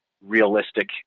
realistic